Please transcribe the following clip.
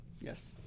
Yes